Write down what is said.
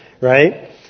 Right